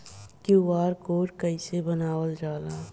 QR code कइसे बनवाल जाला?